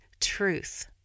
truth